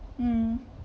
mm